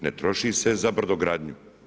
Ne troši se za brodogradnju.